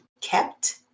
kept